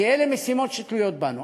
כי אלה משימות שתלויות בנו.